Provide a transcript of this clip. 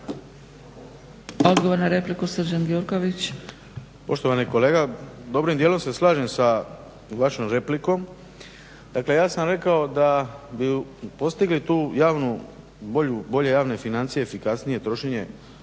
**Gjurković, Srđan (HNS)** Poštovani kolega, dobrim djelom se slažem sa vašom replikom, dakle ja sam rekao da bi postigli tu javnu, bolje javne financije i efikasnije trošenje